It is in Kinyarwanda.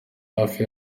hafi